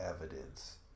evidence